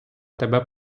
тебе